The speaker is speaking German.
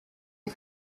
die